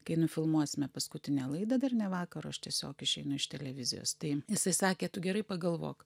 kai nufilmuosime paskutinę laidą dar ne vakaro aš tiesiog išeinu iš televizijos tai jisai sakė tu gerai pagalvok